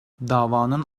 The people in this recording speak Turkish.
davanın